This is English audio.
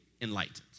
enlightened